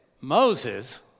Moses